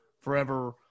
forever